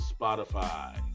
Spotify